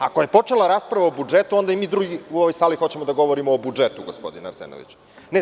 Ako je počela rasprava o budžetu, onda i mi drugi u ovoj sali hoćemo da govorimo o budžetu, gospodine Arsenoviću.